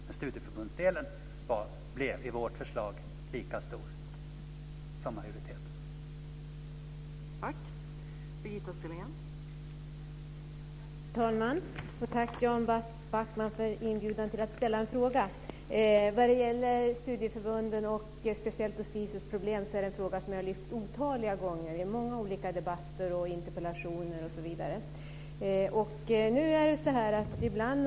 Men studieförbundsdelen blev i vårt förslag lika stor som i majoritetens förslag.